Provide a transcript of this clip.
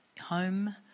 Home